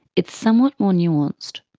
it's somewhat more nuanced.